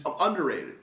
underrated